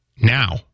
now